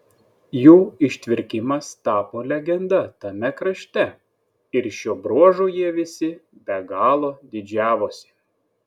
jų ištvirkimas tapo legenda tame krašte ir šiuo bruožu jie visi be galo didžiavosi